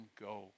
go